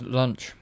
lunch